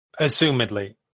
Assumedly